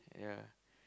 yeah